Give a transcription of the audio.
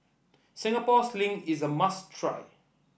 Singapore Sling is a must try